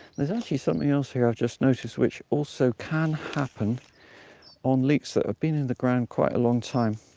there's actually something else here i've just noticed, which also can happen on leeks that have been in the ground quite a long time.